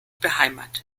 beheimatet